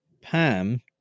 Pam